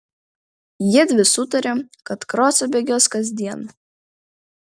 jiedvi sutarė kad krosą bėgios kasdien